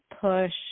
push